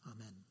Amen